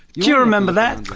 you remember that?